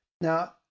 Now